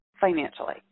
financially